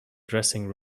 dressing